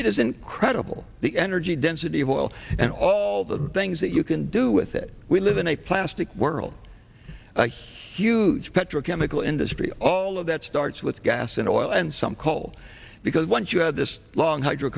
is incredible the energy density of oil and all the things that you can do with it we live in a plastic world a huge petrochemical industry all of that starts with gas and oil and some coal because once you have this long hydro